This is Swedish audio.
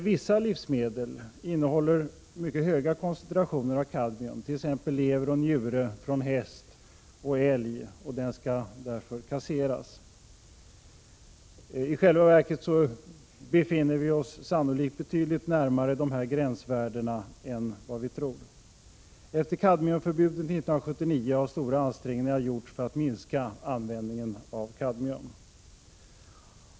Vissa livsmedel innehåller emellertid mycket höga koncentrationer av kadmium, t.ex. lever och njure från häst och älg, och sådana organ skall därför kasseras. I själva verket befinner vi oss sannolikt betydligt närmare dessa gränsvärden än vi tror. Efter kadmiumförbudet 1979 har stora ansträngningar gjorts för att minska användningen av kadmium.